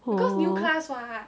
oh